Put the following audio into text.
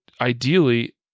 ideally